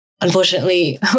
unfortunately